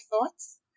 thoughts